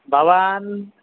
भवान्